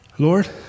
Lord